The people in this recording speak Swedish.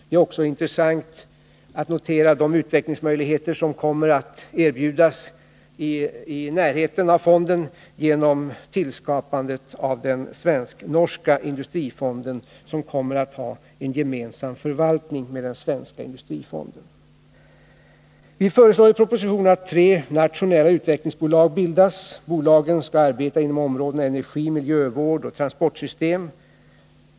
Det är också intressant att notera de utvecklingsmöjligheter som kommer att erbjudas som en komplettering till fonden genom tillskapandet av den svensk-norska industrifonden, som kommer att ha en med den svenska industrifonden gemensam förvaltning. Vi föreslår i propositionen att tre nationella utvecklingsbolag bildas. Bolagen skall arbeta inom områdena energi, miljövård och transportsystem.